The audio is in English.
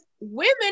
women